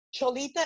Cholita